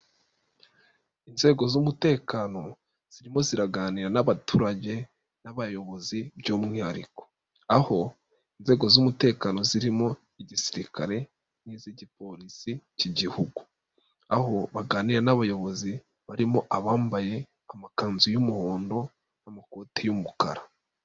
Inzego z'umutekano zirimo ziraganira n'abaturage n'abayobozi by'umwihariko, aho inzego z'umutekano zirimo igisirikare n'iz'igipolisi cy'igihugu, aho baganira n'abayobozi barimo abambaye amakanzu y'umuhondo n'amakoti y'umukara.